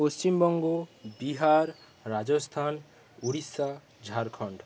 Paschimbanga Bihar Rajasthan Orissa Jharkhand